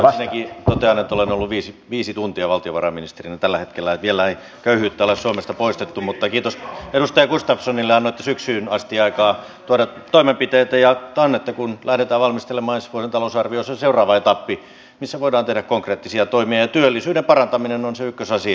ensinnäkin totean että olen ollut viisi tuntia valtiovarainministerinä tällä hetkellä niin että vielä ei köyhyyttä ole suomesta poistettu mutta kiitos edustaja gustafssonille annoitte syksyyn asti aikaa tuoda toimenpiteitä ja totta on että kun lähdetään valmistelemaan ensi vuoden talousarviota se on seuraava etappi missä voidaan tehdä konkreettisia toimia ja työllisyyden parantaminen on se ykkösasia